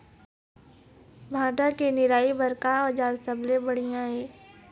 भांटा के निराई बर का औजार सबले बढ़िया ये?